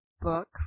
book